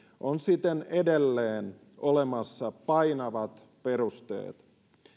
on siten edelleen olemassa painavat perusteet